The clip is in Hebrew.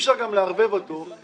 נציג של לשכת --- תפסיק לתת לנו עצות.